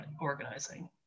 organizing